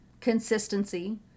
consistency